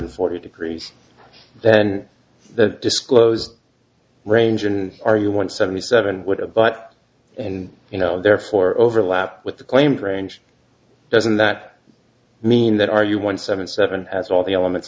forty degrees then that disclosed range and are you want seventy seven would have but and you know therefore overlap with the claimed range doesn't that mean that are you one seven seven has all the elements